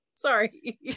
sorry